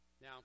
Now